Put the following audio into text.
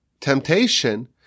temptation